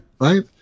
Right